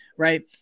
Right